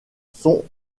son